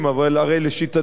אבל הרי לשיטתך,